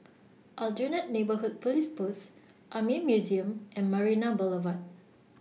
Aljunied Neighbourhood Police Post Army Museum and Marina Boulevard